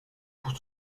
pour